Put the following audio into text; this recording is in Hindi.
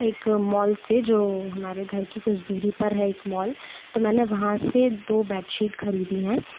एक मॉल से जो हमारे घर की कुछ दूरी पर है एक मॉल तो मैंने वहाँ से दो बेडशीट ख़रीदी हैं